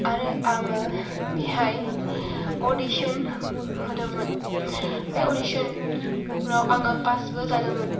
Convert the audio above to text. आरो आङो बेवहाय अडिसन होदोंमोन बे अडिसनाव आं पासबो जादोंमोन